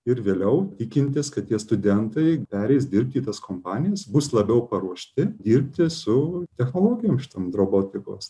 ir vėliau tikintis kad tie studentai pereis dirbti į tas kompanijas bus labiau paruošti dirbti su technologijom šitom robotikos